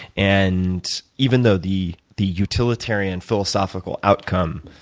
and even though the the utilitarian philosophical outcome